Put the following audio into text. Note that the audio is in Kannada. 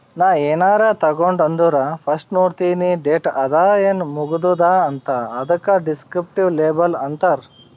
ನಾ ಏನಾರೇ ತಗೊಂಡ್ ಅಂದುರ್ ಫಸ್ಟ್ ನೋಡ್ತೀನಿ ಡೇಟ್ ಅದ ಏನ್ ಮುಗದೂದ ಅಂತ್, ಅದುಕ ದಿಸ್ಕ್ರಿಪ್ಟಿವ್ ಲೇಬಲ್ ಅಂತಾರ್